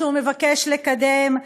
מה שהוא מבקש לקדם,